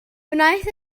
wnaeth